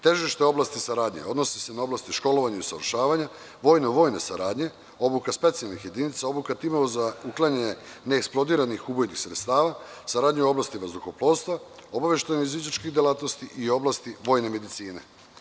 Težište oblasti saradnje, odnosi se na oblasti školovanja i usavršavanja, vojne saradnje, obuka specijalnih jedinica i obuka timova za uklanjanje neeksplodiranih ubojnih sredstava, saradnja u oblasti vazduhoplovstva, obaveštajnih izviđačkih delatnosti i oblasti vojne medicine.